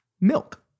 Milk